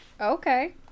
Okay